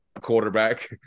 quarterback